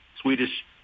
Swedish